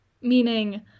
Meaning